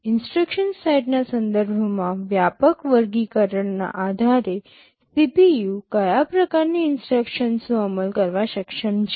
instruction સેટના સંદર્ભમાં વ્યાપક વર્ગીકરણના આધારે CPU કયા પ્રકારની ઇન્સટ્રક્શન્સનો અમલ કરવા સક્ષમ છે